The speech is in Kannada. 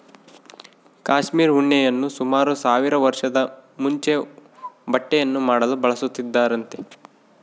ಕ್ಯಾಶ್ಮೀರ್ ಉಣ್ಣೆಯನ್ನು ಸುಮಾರು ಸಾವಿರ ವರ್ಷದ ಮುಂಚೆ ಬಟ್ಟೆಯನ್ನು ಮಾಡಲು ಬಳಸುತ್ತಿದ್ದರಂತೆ